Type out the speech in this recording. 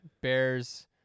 Bears